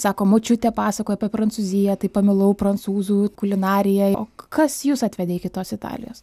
sako močiutė pasakojo apie prancūziją tai pamilau prancūzų kulinariją o kas jus atvedė iki tos italijos